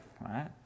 right